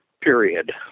period